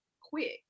quick